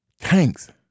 Tanks